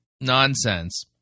nonsense